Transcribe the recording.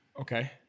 Okay